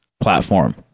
platform